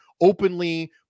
openly